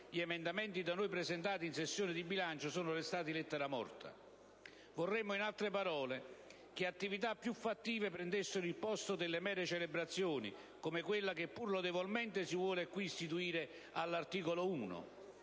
gli emendamenti da noi presentati in sessione di bilancio, sono restati lettera morta. Vorremmo, in altre parole, che attività più fattive prendessero il posto delle mere celebrazioni, come quella che, pur lodevolmente, si vuole qui istituire all'articolo 1.